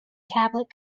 tablet